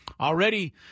Already